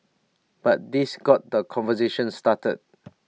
but this got the conversation started